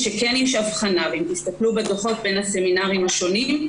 יש הבחנה ואם תסתכלו על הדוחות של הסמינרים השונים,